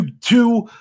two